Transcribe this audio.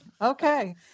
Okay